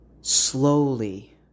Slowly